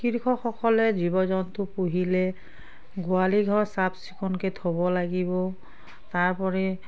কৃষকসকলে জীৱ জন্তু পুহিলে গোহালি ঘৰ চাফ চিকুণকৈ থ'ব লাগিব তাৰোপৰি